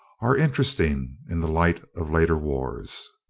are interesting in the light of later wars.